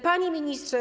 Panie Ministrze!